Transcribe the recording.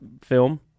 film